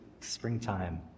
springtime